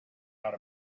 out